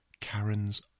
Karen's